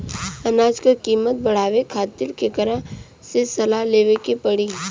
अनाज क कीमत बढ़ावे खातिर केकरा से सलाह लेवे के पड़ी?